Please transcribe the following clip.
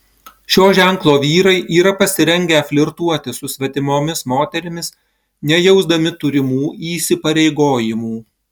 šio ženklo vyrai yra pasirengę flirtuoti su svetimomis moterimis nejausdami turimų įsipareigojimų